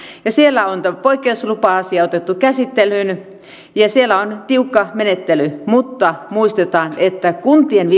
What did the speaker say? ja siellä on poikkeuslupa asia otettu käsittelyyn ja siellä on tiukka menettely mutta muistetaan että kuntien